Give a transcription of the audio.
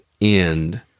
end